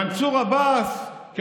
מנסור עבאס, איך קוראים לו?